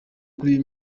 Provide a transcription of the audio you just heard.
kuri